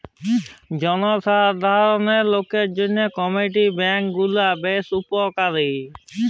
জলসাধারল লকদের জ্যনহে কমিউলিটি ব্যাংক গুলা বেশ উপকারী